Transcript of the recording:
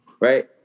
right